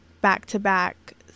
back-to-back